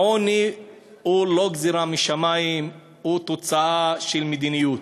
העוני הוא לא גזירה משמים, הוא תוצאה של מדיניות.